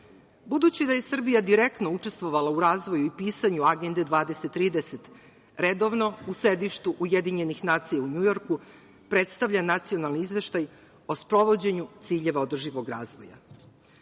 miksu. Budući da je Srbija direktno učestvovala u razvoju i pisanju Agende 20-30, redovno, u sedištu UN u Njujorku, predstavlja nacionalni izveštaj o sprovođenju ciljeva održivog razvoja. Da